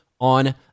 on